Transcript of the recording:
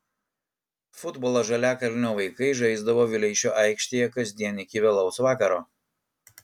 futbolą žaliakalnio vaikai žaisdavo vileišio aikštėje kasdien iki vėlaus vakaro